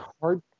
hard